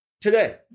Today